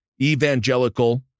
evangelical